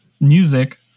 music